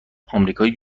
امریکای